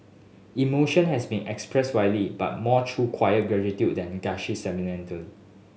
emotion has been expressed widely but more through quiet gratitude than gushy sentimentality